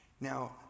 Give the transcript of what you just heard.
Now